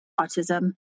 autism